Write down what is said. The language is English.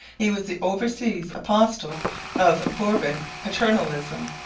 he was the overseas apostle of bourbon paternalism,